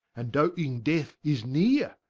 and doting death is neere,